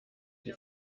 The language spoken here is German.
die